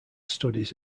studies